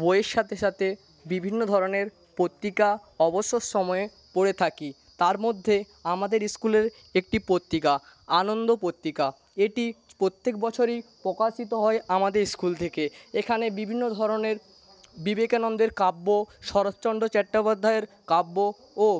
বইয়ের সাথে সাথে বিভিন্ন ধরনের পত্রিকা অবসর সময় পড়ে থাকি তার মধ্যে আমাদের স্কুলের একটি পত্রিকা আনন্দ পত্রিকা এটি প্রত্যেক বছরই প্রকাশিত হয় আমাদের স্কুল থেকে এখানে বিভিন্ন ধরনের বিবেকানন্দের কাব্য শরৎচন্দ্র চট্টোপাধ্যায়ের কাব্য ও